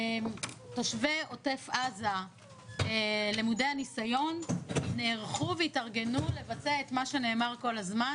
תושבי עוטף עזה למודי הנסיון נערכו והתארגנו לבצע את מה שנאמר כל הזמן,